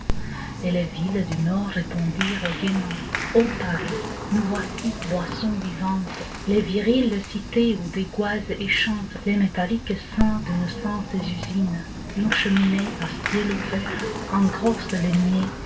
et les villes du nord répondirent gaîment ô paris nous voici boissons vivantes les viriles cités où dégoisent et chantent les métalliques saints de nos saintes usines nos cheminées à ciel ouvert engrossent les nuées